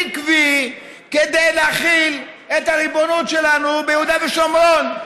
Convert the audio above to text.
עקבי, להחיל את הריבונות שלנו ביהודה ושומרון.